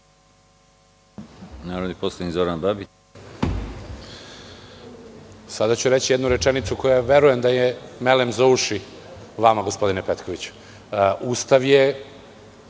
Babić. **Zoran Babić** Sada ću reći jednu rečenicu koja verujem da je melem za uši vama, gospodine Petkoviću. Ustav je